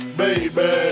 baby